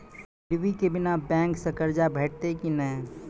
गिरवी के बिना बैंक सऽ कर्ज भेटतै की नै?